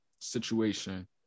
situation